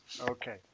Okay